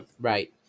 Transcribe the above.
Right